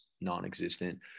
non-existent